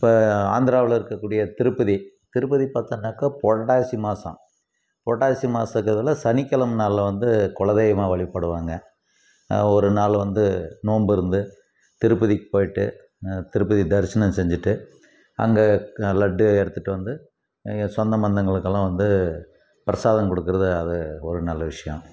இப்ப ஆந்தராவில் இருக்கக்கூடிய திருப்பதி திருப்பதி பார்த்திங்கனாக்கா புரட்டாசி மாதம் புரட்டாசி மாசத்தில் சனிக்கிழமை நாளில் வந்து குலதெய்வம் வழிபடுவாங்க ஒரு நாள் வந்து நோம்பு இருந்து திருப்பதிக்குப் போயிட்டு திருப்பதி தரிசனம் செஞ்சுட்டு அங்கே நல்லபடியாக எடுத்துட்டு வந்து சொந்த பந்தங்களுக்குலாம் வந்து பிரசாதம் கொடுக்கிறது அது ஒரு நல்ல விஷயம்